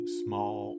small